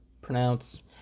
pronounce